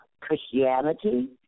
Christianity